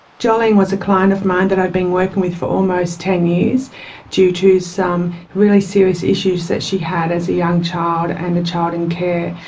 jolene was a client of mine that i'd been working with for almost ten years due to some really serious issues that she had as a young child, and a child in care.